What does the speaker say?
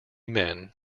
men